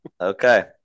Okay